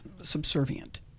Subservient